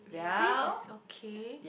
insist he's okay